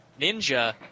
Ninja